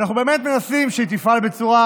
אנחנו באמת מנסים שהיא תפעל בצורה